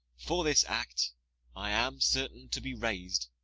for this act i am certain to be rais'd,